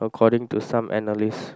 according to some analysts